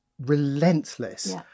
relentless